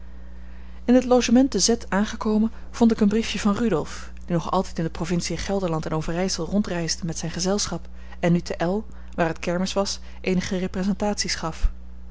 in het logement te z aangekomen vond ik een briefje van rudolf die nog altijd in de provinciën gelderland en overijsel rondreisde met zijn gezelschap en nu te l waar het kermis was eenige representaties gaf